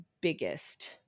biggest